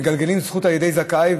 מגלגלין זכות על ידי זכאי,